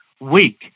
weak